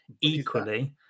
Equally